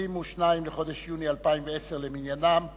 22 בחודש יוני 2010 למניינם.